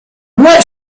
what